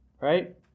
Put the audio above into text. Right